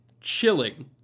chilling